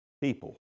people